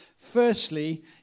Firstly